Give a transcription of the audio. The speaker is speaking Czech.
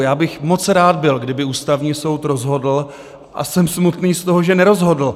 Já bych byl moc rád, kdyby Ústavní soud rozhodl, a jsem smutný z toho, že nerozhodl.